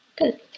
good